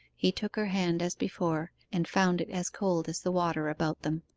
he took her hand as before, and found it as cold as the water about them.